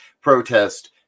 protest